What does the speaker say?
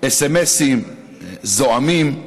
סמ"סים זועמים.